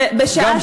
ובשעה שחברך לסיעה,